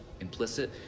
implicit